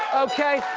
okay?